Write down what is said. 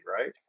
right